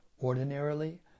Ordinarily